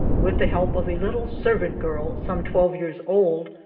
with the help of a little servant girl, some twelve years old,